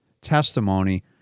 testimony